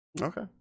Okay